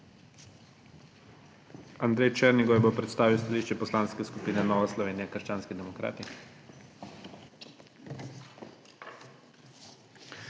Andrej Černigoj bo predstavil stališče Poslanske skupine Nova Slovenija – krščanski demokrati.